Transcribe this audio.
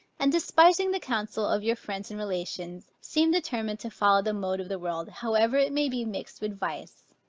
and despising the counsel of your friends and relations, seem determined to follow the mode of the world, however it may be mixed with vice?